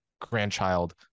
grandchild